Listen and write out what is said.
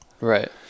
right